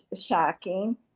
shocking